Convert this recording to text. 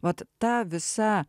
vat ta visa